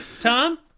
Tom